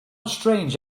strange